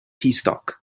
stock